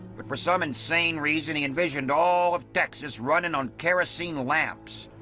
but for some insane reason, he envisioned all of texas running on kerosene lamps,